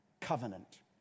covenant